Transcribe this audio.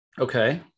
Okay